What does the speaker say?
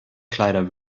kleider